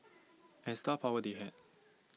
and star power they had